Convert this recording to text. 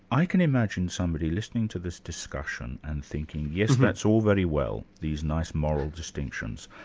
i can imagine somebody listening to this discussion and thinking yes, that's all very well, these nice moral distinctions,